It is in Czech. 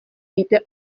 víte